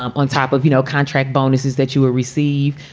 um on top of, you know, contract bonuses that you will receive.